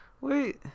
Wait